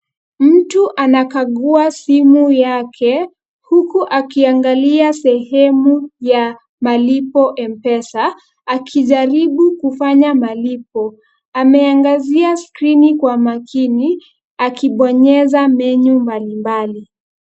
Mtu anakagua simu yake huku akiangalia sehemu ya malipo M-Pesa, akijaribu kufanya malipo. Ameangazia skrini kwa makini akibonyeza menu mbalimbali.